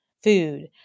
food